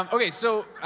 um okay, so,